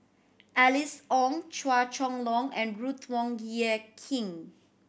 Alice Ong Chua Chong Long and Ruth Wong Hie King